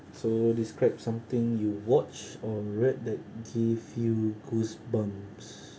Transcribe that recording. so describe something you watch or read that give you goose bumps